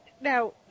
now